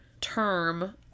term